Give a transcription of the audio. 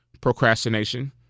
procrastination